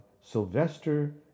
Sylvester